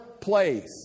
place